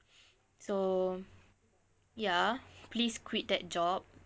so ya please quit that job